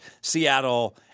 Seattle